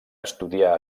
estudià